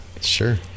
Sure